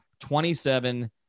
27